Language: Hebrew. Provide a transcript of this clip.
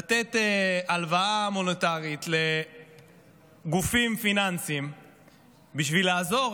לתת הלוואה מוניטרית לגופים פיננסיים בשביל לעזור